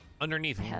Underneath